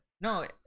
No